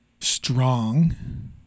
strong